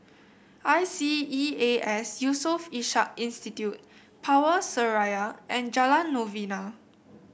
I C E A S Yusof Ishak Institute Power Seraya and Jalan Novena